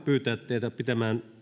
pyytää teitä pitämään